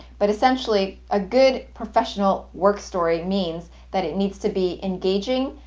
but essentially, a good professional work story means, that it needs to be engaging,